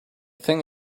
thing